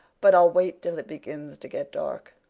but i'll wait till it begins to get dark.